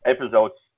Episodes